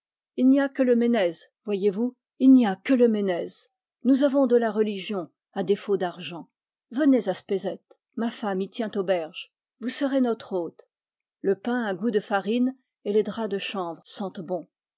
il n'y a que le ménez voyez-vous il n'y a que le menez nous avons de la religion à défaut d'argent venez à spézet ma femme y tient auberge vous serez notre hôte le pain a goût de farine et les draps de chanvre sentent bon